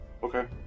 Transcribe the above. Okay